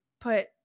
put